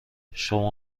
شما